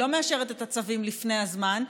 היא לא מאשרת את הצווים לפני הזמן,